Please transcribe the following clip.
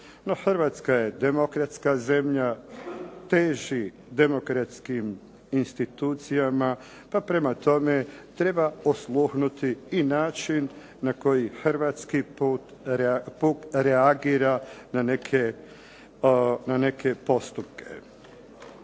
Hrvatska je demokratska zemlja, teži demokratskim institucijama, pa prema tome treba osluhnuti i način na koji hrvatski puk reagira na neke postupke.